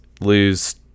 lose